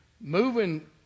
moving